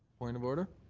point of order?